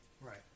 Right